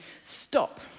stop